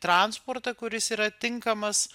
transportą kuris yra tinkamas